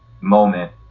moment